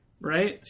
Right